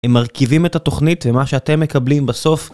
הם מרכיבים את התוכנית ומה שאתם מקבלים בסוף